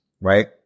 right